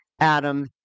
Adam